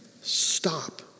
stop